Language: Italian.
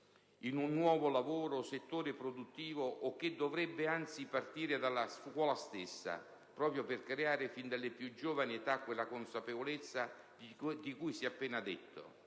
in un nuovo lavoro o settore produttivo e che dovrebbe anzi partire dalla scuola stessa, proprio per creare, fin dalla più giovane età, quella consapevolezza di cui si è appena detto.